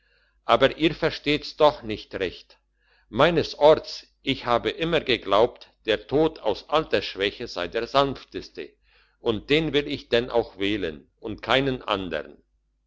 aber ihr versteht's doch nicht recht meines orts ich habe immer geglaubt der tod aus altersschwäche sei der sanfteste und den will ich denn auch wählen und keinen andern